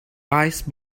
ice